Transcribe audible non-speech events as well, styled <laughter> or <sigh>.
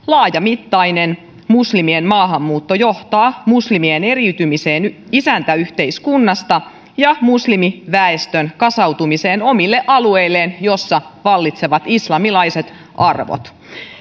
<unintelligible> laajamittainen muslimien maahanmuutto johtaa muslimien eriytymiseen isäntäyhteiskunnasta ja muslimiväestön kasautumiseen omille alueilleen joissa vallitsevat islamilaiset arvot